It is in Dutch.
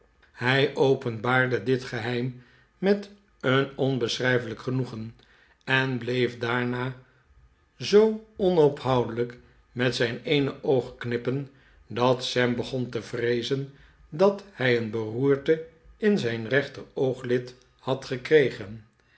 hij openbaarde dit geheim met een onbeschrijfelijk genoegen en bleef daarna zoo onophoudelijk met zijn eene oog knippen dat sam begon te vreezen dat hij een beroerte in zijn reenterooglid had gekregen